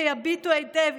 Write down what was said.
/ היי הביטו היטב,